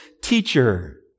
teacher